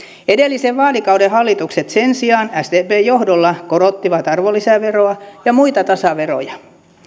edellisen vaalikauden hallitukset sen sijaan sdpn johdolla korottivat arvonlisäveroa ja muita tasaveroja